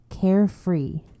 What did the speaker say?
carefree